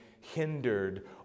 hindered